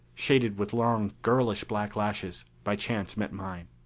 shaded with long girlish black lashes, by chance met mine.